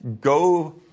go